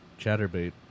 Chatterbait